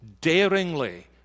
Daringly